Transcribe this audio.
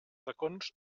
racons